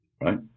right